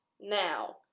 now